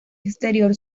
exterior